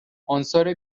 عنصر